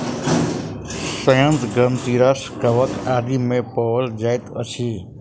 सयंत्र ग्रंथिरस कवक आदि मे पाओल जाइत अछि